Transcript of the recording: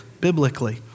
biblically